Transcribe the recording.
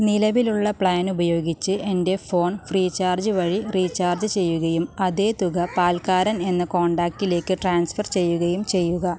നിലവിലുള്ള പ്ലാൻ ഉപയോഗിച്ച് എൻ്റെ ഫോൺ ഫ്രീചാർജ് വഴി റീചാർജ് ചെയ്യുകയും അതേ തുക പാൽക്കാരൻ എന്ന കോൺടാക്റ്റിലേക്ക് ട്രാൻസ്ഫർ ചെയ്യുകയും ചെയ്യുക